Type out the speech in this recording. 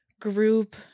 group